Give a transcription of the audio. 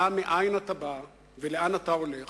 דע מאין באת ולאן אתה הולך